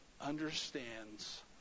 understands